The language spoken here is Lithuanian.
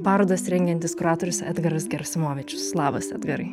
parodas rengiantis kuratorius edgaras gerasimovičius labas edgarai